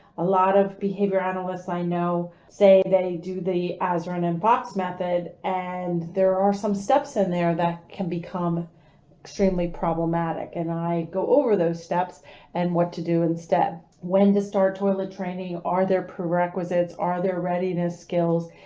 a lot of behavior analysts i know say did they do the azrin and foxx method and there are some steps in there that can become extremely problematic and i go over those steps and what to do instead. when to start toilet training, are there prerequisites, are there readiness skills?